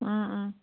ꯎꯝ ꯎꯝ